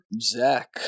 Zach